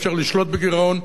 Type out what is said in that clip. ואפשר לשלוט בגירעון,